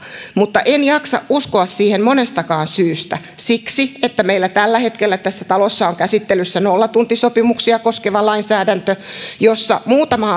mutta en jaksa uskoa siihen monestakaan syystä siksi että meillä tällä hetkellä tässä talossa on käsittelyssä nollatuntisopimuksia koskeva lainsäädäntö jossa muutama